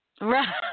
Right